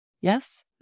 Yes